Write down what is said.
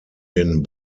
den